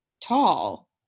tall